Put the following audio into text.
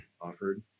offered